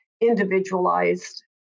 individualized